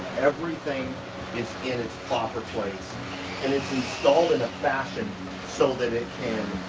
everything is in its proper place and it's installed in a fashion so that it